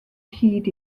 hyd